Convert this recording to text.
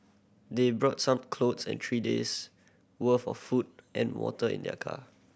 they brought some clothes and three days' worth of food and water in their car